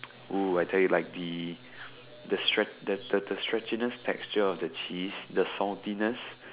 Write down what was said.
!woo! I tell you like the the stretch the the stretchiness texture of the cheese the saltiness